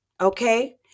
okay